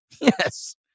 Yes